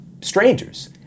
strangers